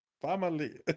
family